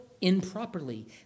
improperly